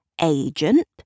agent